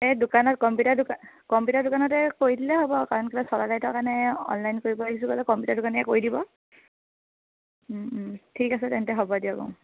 এই দোকানত কম্পিউটাৰ দোকান কম্পিউটাৰ দোকানতে কৰি দিলে হ'ব কাৰণ কেলৈ চলাৰ লাইটৰ কাৰণে অনলাইন কৰিব আহিছোঁ ক'লে কম্পিউটাৰ দোকানীয়ে কৰি দিব ঠিক আছে তেন্তে হ'ব দিয়ক আৰু